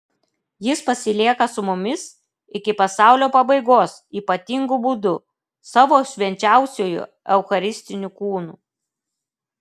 jis pasilieka su mumis iki pasaulio pabaigos ypatingu būdu savo švenčiausiuoju eucharistiniu kūnu